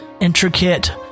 intricate